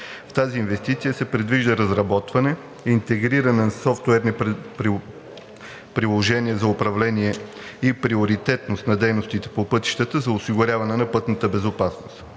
В тази инвестиция се предвижда разработване, интегриране на софтуерни приложения за управление и приоритетност на дейностите по пътищата за осигуряване на пътната безопасност,